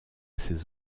ses